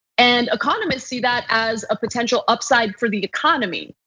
and economists see that as a potential upside for the economy.